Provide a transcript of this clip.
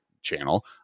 channel